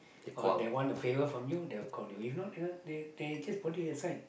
or they want a favour from you they will call you if not they they just put you aside